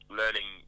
learning